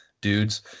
dudes